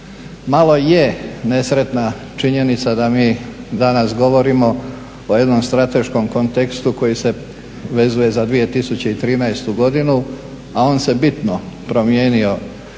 Malo je nesretna činjenica da mi danas govorimo o jednom strateškom kontekstu koji se vezuje za 2013. godinu, a on se bitno promijenio